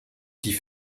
die